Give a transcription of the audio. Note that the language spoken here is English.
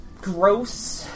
gross